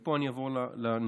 מפה אני אעבור לנתונים.